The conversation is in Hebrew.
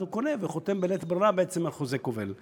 אז הוא קונה וחותם בלית ברירה על חוזה כובל.